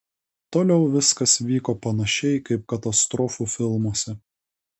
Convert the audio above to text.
toliau viskas vyko panašiai kaip katastrofų filmuose